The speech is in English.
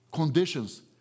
Conditions